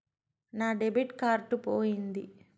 నా debit card పోయింది